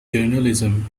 journalism